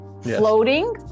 Floating